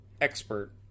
expert